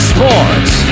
Sports